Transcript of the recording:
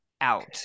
out